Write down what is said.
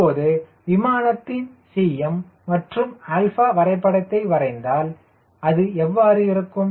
இப்போது விமானத்தின் Cm மற்றும் 𝛼 வரைபடத்தை வரைந்தால் அது எவ்வாறு இருக்கும்